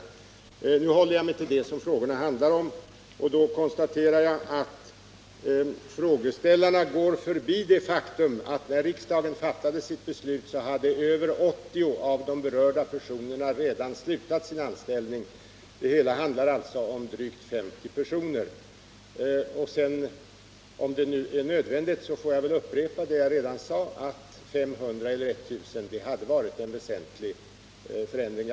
Jag håller mig nu till det som frågorna handlar om och konstaterar, att frågeställarna går förbi det faktum att när riksdagen fattade sitt beslut över 80 av de berörda personerna redan hade slutat sin anställning. Det hela handlar alltså om drygt 50 personer. Om det är nödvändigt får jag upprepa vad jag redan sagt, nämligen att en nedskärning med 500 eller 1 000 personer hade varit en väsentlig förändring.